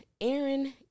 Aaron